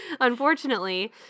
Unfortunately